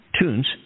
tunes